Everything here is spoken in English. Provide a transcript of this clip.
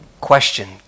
question